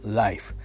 life